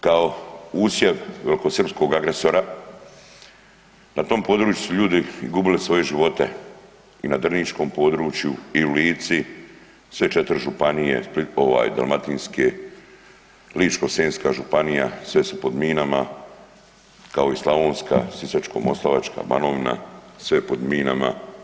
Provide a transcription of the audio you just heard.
Kao usjev velikosrpskog agresora na tom području su ljudi i gubili svoje živote i na drniškom području i u Lici, sve 4 županije ovaj dalmatinske, Ličko-senjska županija sve su pod minama kao i slavonska, Sisačko-moslavčka, Banovina, sve je pod minama.